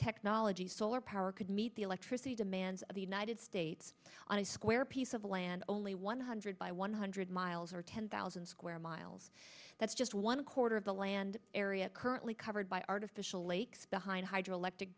technology solar power could meet the electricity demands of the united states on a square piece of land only one hundred by one hundred miles or ten thousand square miles that's just one quarter of the land area currently covered by artificial lakes behind hydroelectric